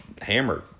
hammered